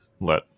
let